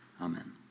Amen